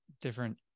different